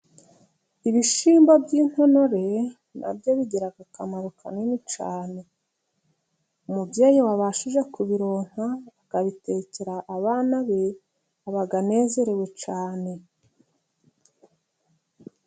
Ibishyimbo by'intonore nabyo bigiraga akamaro kanini cyane. Umubyeyi wabashije kubironka akabitekera abana be, aba anezerewe cyane.